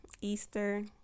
easter